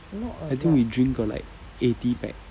I think we drink got like eighty pack